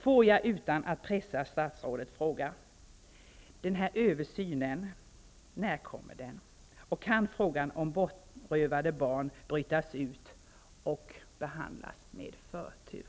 Låt mig utan att pressa statsrådet fråga: Den här översynen, när kommer den? Och kan frågan om bortrövade barn brytas ut och behandlas med förtur?